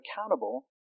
accountable